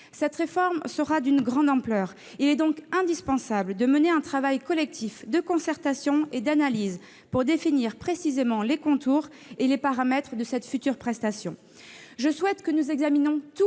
Cette réforme sera d'une grande ampleur. Il est donc indispensable de mener un travail collectif de concertation et d'analyse pour définir précisément les contours et les paramètres de cette future prestation.